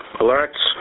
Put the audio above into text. alerts